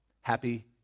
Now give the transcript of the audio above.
happy